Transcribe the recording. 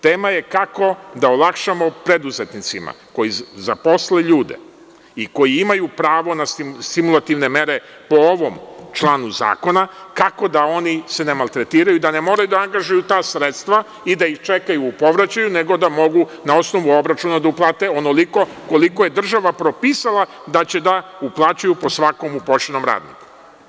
Tema je kako da olakšamo preduzetnicima koji zaposle ljude i koji imaju pravo na stimulativne mere, po ovom članu zakona, kako da se oni ne maltretiraju, da ne moraju da angažuju ta sredstva i da ih čekaju u povraćaju, nego da mogu na osnovu obračuna da uplate onoliko koliko je država propisala da će da uplaćuju po svakom uposlenom radniku.